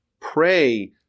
Pray